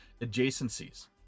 adjacencies